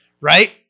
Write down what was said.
right